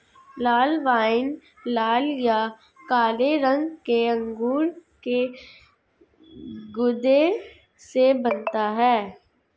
लाल wine लाल या काले रंग के अंगूर के गूदे से बनता है